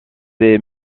ses